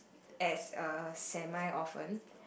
as a semi orphan